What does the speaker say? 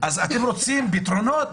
רוצים פתרונות?